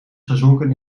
gezonken